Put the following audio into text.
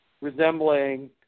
resembling